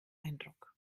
eindruck